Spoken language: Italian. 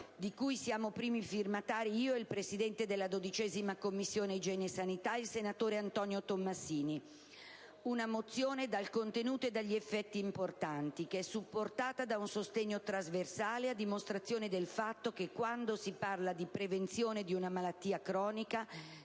di cui siamo primi firmatari io ed il Presidente della 12ª Commissione igiene e sanità, il senatore Antonio Tomassini. Si tratta di una mozione dal contenuto e dagli effetti importanti, supportata da un sostegno trasversale, a dimostrazione del fatto che, quando si parla di prevenzione di una malattia cronica,